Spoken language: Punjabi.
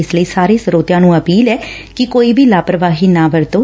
ਇਸ ਲਈ ਸਾਰੇ ਸਰੋਤਿਆਂ ਨੂੰ ਅਪੀਲ ਐ ਕਿ ਕੋਈ ਵੀ ਲਾਪਰਵਾਹੀ ਨਾ ਵਰਤੋ